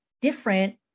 different